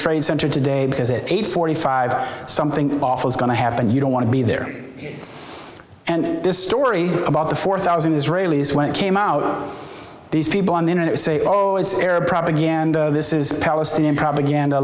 trade center today because it eight forty five something awful is going to happen you don't want to be there and this story about the four thousand israelis when it came out these people on the internet say oh it's arab propaganda this is palestinian propaganda